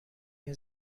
این